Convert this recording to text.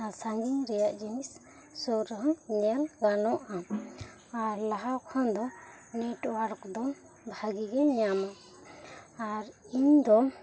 ᱥᱟᱺᱜᱤᱧ ᱨᱮᱭᱟᱜ ᱡᱤᱱᱤᱥ ᱥᱩᱨ ᱨᱮᱦᱚᱸ ᱧᱮᱞ ᱜᱟᱱᱚᱜ ᱟ ᱟᱨ ᱞᱟᱦᱟ ᱠᱷᱚᱱ ᱫᱚ ᱱᱮᱴᱚᱣᱟᱨᱠ ᱫᱚ ᱵᱷᱟᱹᱜᱤ ᱜᱮᱭ ᱧᱟᱢᱟ ᱟᱨ ᱤᱧ ᱫᱚ